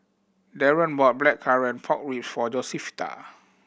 Deron bought blackcurrant pork rib for Josefita